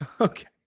Okay